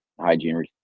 hygiene